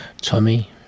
Tommy